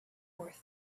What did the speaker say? worth